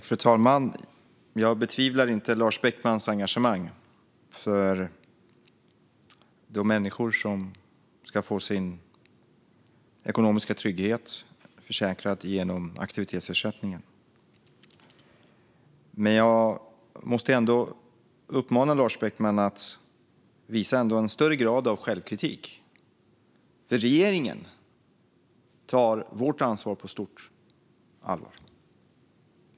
Fru talman! Jag betvivlar inte Lars Beckmans engagemang för de människor som ska få sin ekonomiska trygghet säkrad genom aktivitetsersättningen. Men jag måste ändå uppmana Lars Beckman att visa en större grad av självkritik, för regeringen tar vårt ansvar på stort allvar.